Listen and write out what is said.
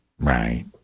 Right